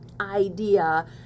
idea